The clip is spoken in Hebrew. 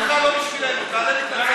תעלה ותתנצל.